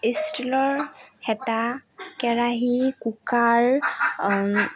ষ্টীলৰ হেটা কেৰাহী কুকাৰ